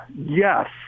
Yes